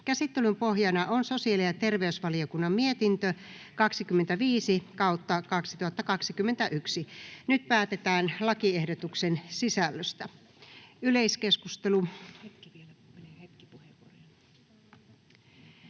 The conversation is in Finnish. Käsittelyn pohjana on sosiaali‑ ja terveysvaliokunnan mietintö StVM 25/2021 vp. Nyt päätetään lakiehdotuksen sisällöstä. — Yleiskeskustelu.